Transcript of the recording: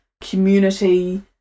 community